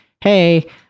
hey